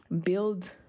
build